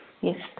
Yes